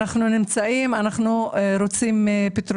צריך.